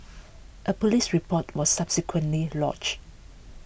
a police report was subsequently lodged